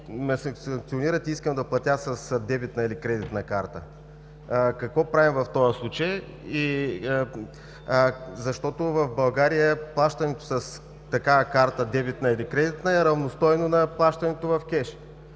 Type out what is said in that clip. санкционират ме и искам да платя с дебитна или кредитна карта. Какво правим в този случай? В България плащането с дебитна или кредитна карта е равностойно на плащането в кеш.